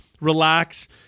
relax